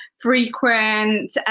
frequent